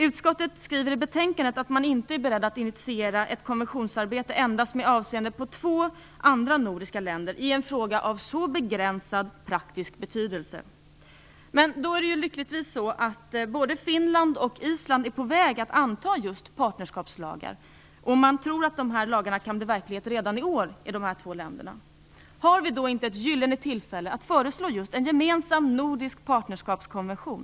Utskottet skriver i betänkandet att man inte är beredd att initiera ett konventionsarbete endast med avseende på två andra nordiska länder i en fråga av så begränsad praktisk betydelse. Men nu är det ju lyckligtvis så att både Finland och Island är på väg att anta partnerskapslagar. Man tror att detta kan bli verklighet redan i år. Har vi inte då ett gyllene tillfälle att föreslå en gemensam nordisk partnerskapskonvention?